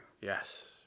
yes